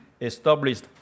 established